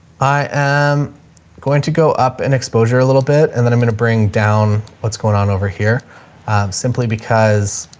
i am going to go up and exposure a little bit and then i'm going to bring down what's going on over here simply because